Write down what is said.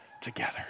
together